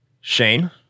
shane